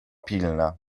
pilna